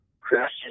crashes